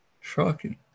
shocking